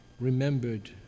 remembered